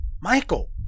Michael